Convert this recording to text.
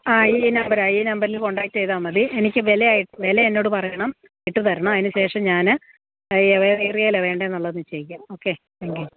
ആ ഈ നമ്പർ ആണ് ഈ നമ്പറിൽ കോണ്ടാക്റ്റ് ചെയ്താൽ മതി എനിക്ക് വില ആയി വില എന്നോട് പറയണം ഇട്ടുതരണം അതിനുശേഷം ഞാന് ഈ വേറെ ഏരിയയിലാണ് വേണ്ടത് എന്നുള്ളത് നിശ്ചയിക്കാം ഓക്കെ താങ്ക് യു